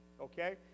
okay